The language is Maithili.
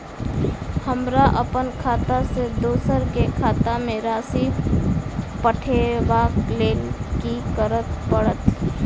हमरा अप्पन खाता सँ दोसर केँ खाता मे राशि पठेवाक लेल की करऽ पड़त?